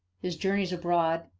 his journeys abroad,